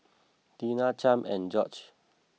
Tina Champ and George